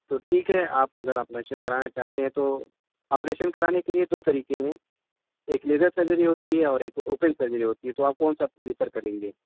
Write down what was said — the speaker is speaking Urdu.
تو ٹھیک ہے آپ اگر آپریشن کرانا چاہتے ہیں تو آپریشن کرانے کے لیے دو طریقے ہیں ایک لیزر سرجری ہوتی ہے اور ایک اوپن سرجری ہوتی ہے تو آپ کون سا پریفر کریں گے